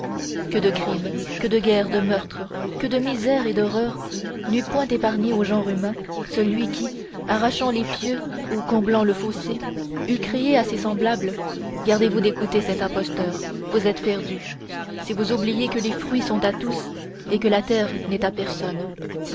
que de crimes de guerres de meurtres que de misères et d'horreurs n'eût point épargnés au genre humain celui qui arrachant les pieux ou comblant le fossé eût crié à ses semblables gardez-vous d'écouter cet imposteur vous êtes perdus si vous oubliez que les fruits sont à tous et que la terre n'est à personne